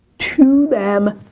to them,